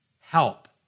Help